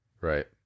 Right